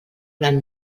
gran